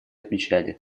отмечали